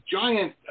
giant